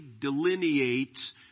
delineates